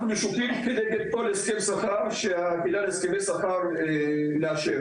אנחנו משופים כנגד כל הסכם שכר שהיחידה להסכמי שכר מאשרת.